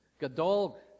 gadol